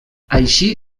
així